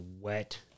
wet